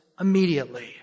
immediately